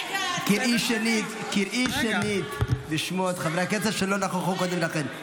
קראי שנית בשמות חברי הכנסת שלא נכחו קודם לכן.